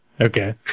okay